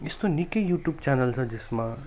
यस्तो निकै YouTube channel छ जसमा